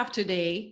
today